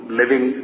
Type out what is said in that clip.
living